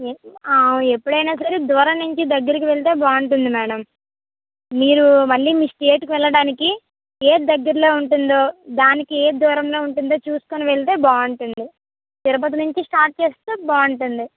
మీకు ఎప్పుడైనా సరే దూరం నుంచి దగ్గరికి వెళ్తే బాగుంటుంది మేడం మీరు మళ్ళీ మీ స్టేట్కి వెళ్ళడానికి ఏది దగ్గరలో ఉంటుందో దానికి ఏది దూరంలో ఉంటుందో చూసుకొని వెళ్తే బాగుంటుంది తిరుపతి నుంచి స్టార్ట్ చేస్తే బాగుంటుంది